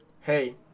hey